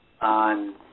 on